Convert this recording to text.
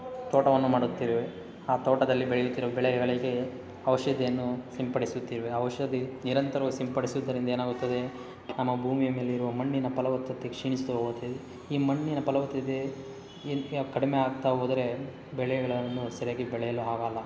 ತೋಟವನ್ನು ಮಾಡುತ್ತಿರುವೆ ಆ ತೋಟದಲ್ಲಿ ಬೆಳೆಯುತ್ತಿರುವ ಬೆಳೆಗಳಿಗೆ ಔಷಧಿಯನ್ನು ಸಿಂಪಡಿಸುತ್ತಿರುವೆ ಔಷಧಿ ನಿರಂತರವಾಗಿ ಸಿಂಪಡಿಸುವುದರಿಂದ ಏನಾಗುತ್ತದೆ ನಮ್ಮ ಭೂಮಿಯ ಮೇಲಿರುವ ಮಣ್ಣಿನ ಫಲವತ್ತತೆ ಕ್ಷೀಣಿಸ್ತಾ ಹೋಗುತ್ತೆ ಈ ಮಣ್ಣಿನ ಫಲವತ್ತತೆ ಏನು ಕಡಿಮೆ ಆಗ್ತಾ ಹೋದರೆ ಬೆಳೆಗಳನ್ನು ಸರಿಯಾಗಿ ಬೆಳೆಯಲು ಆಗೋಲ್ಲ